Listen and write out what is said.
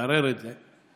תערער את זה,